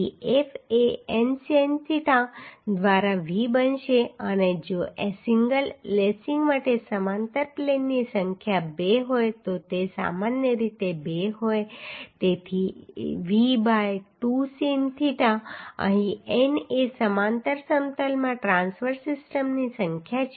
તેથી F એ n sin theta દ્વારા V બનશે અને જો સિંગલ લેસિંગ માટે સમાંતર પ્લેનની સંખ્યા બે હોય તો તે સામાન્ય રીતે 2 હોય છે તેથી V બાય 2 સિન થીટા અહીં n એ સમાંતર સમતલમાં ટ્રાંસવર્સ સિસ્ટમની સંખ્યા છે